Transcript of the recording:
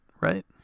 right